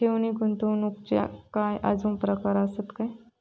ठेव नी गुंतवणूकचे काय आजुन प्रकार आसत काय?